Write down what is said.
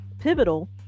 pivotal